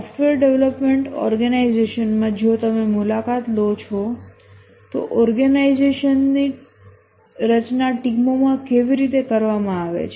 software development ઓર્ગેનાઈઝેશનમાં જો તમે મુલાકાત લો છો તો ઓર્ગેનાઈઝેશનઓની રચના ટીમો માં કેવી રીતે કરવામાં આવે છે